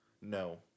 no